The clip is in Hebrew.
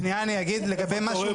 שנייה אני אגיד לגבי מה שהוא מתייחס.